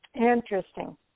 Interesting